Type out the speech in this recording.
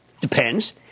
depends